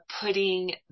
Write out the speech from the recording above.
putting